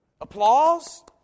Applause